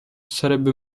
sarebbe